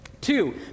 Two